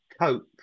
cope